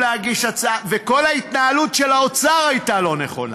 וכל ההתנהלות של האוצר הייתה לא נכונה,